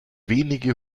wenige